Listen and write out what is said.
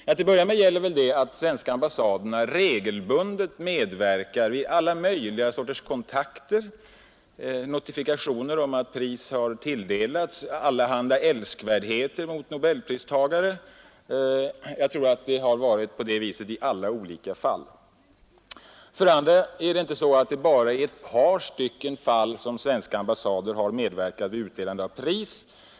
Till att börja med är väl förhållandet det att de svenska ambassaderna regelbundet medverkar i alla möjliga sorters kontakter, notifikationer om att pris har tilldelats och allehanda älskvärdheter mot nobelpristagare — jag tror att det har varit på det sättet i alla de olika fallen. Vidare är det inte bara i ett par fall som svenska ambassader har medverkat vid utdelande av pris.